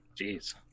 Jeez